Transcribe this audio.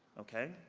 okay?